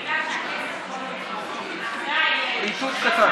ההמלצה המרכזית הייתה שהכסף,